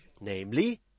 namely